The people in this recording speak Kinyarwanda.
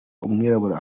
umwirabura